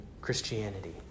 Christianity